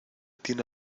tiene